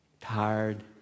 Tired